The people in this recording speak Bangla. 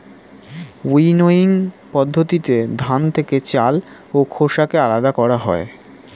উইনোইং পদ্ধতিতে ধান থেকে চাল ও খোসাকে আলাদা করা হয়